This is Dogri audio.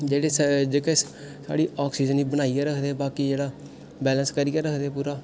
जेह्ड़े जेह्के साढ़ी अक्सीजन गी बनाइयै रखदे न बाकी जेह्ड़ा बैलैंस करियै रखदे पूरा